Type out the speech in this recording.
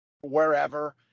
wherever